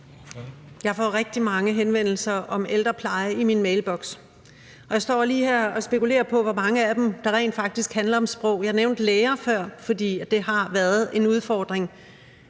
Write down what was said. Jeg får rigtig mange henvendelser om ældrepleje i min mailboks. Jeg står lige her og spekulerer på, hvor mange af dem der rent faktisk handler om sprog. Jeg nævnte læger før, fordi det har været en udfordring.